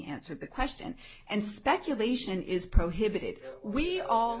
answered the question and speculation is prohibited we all